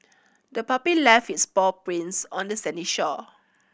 the puppy left its paw prints on the sandy shore